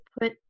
put